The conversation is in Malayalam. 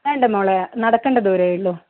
വേണ്ട മോളേ നടക്കണ്ട ദൂരമേ ഉള്ളൂ